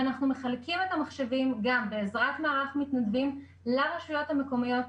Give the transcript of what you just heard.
ואנחנו מחלקים את המחשבים גם בעזרת מערך מתנדבים לרשויות המקומיות,